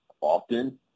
often